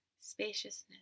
spaciousness